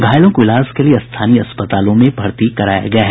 घायलों को इलाज के लिए स्थानीय अस्पतालों में भर्ती कराया गया है